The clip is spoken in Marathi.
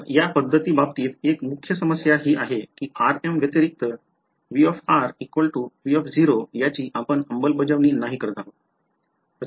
तर या पद्धती बाबतीत एक मुख्य समस्या ही आहे कि r m व्यतिरिक्त V V0 याची आपण अंमलबजावणी नाही करत आहोत